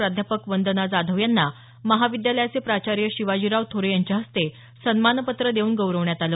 प्राध्यापक वंदना जाधव यांना महाविद्यालयाचे प्राचार्य शिवाजीराव थोरे यांच्या हस्ते सन्मानपत्र देऊन गौरवण्यात आलं